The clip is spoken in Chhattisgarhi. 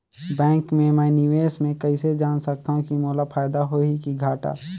बैंक मे मैं निवेश मे कइसे जान सकथव कि मोला फायदा होही कि घाटा?